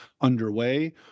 underway